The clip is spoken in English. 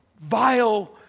vile